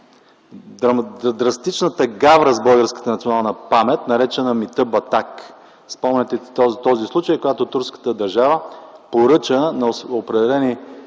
драстичната гавра с българската национална памет, наречена „митът Батак”. Спомняте си този случай, когато турската държава поръча на определени